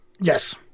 Yes